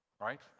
right